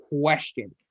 question